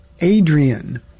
Adrian